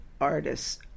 artists